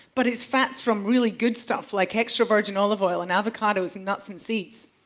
but it's fats from really good stuff, like extra virgin olive oil, and avocados and nuts and seeds.